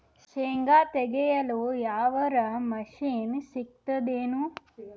ಶೇಂಗಾ ತೆಗೆಯಲು ಯಾವರ ಮಷಿನ್ ಸಿಗತೆದೇನು?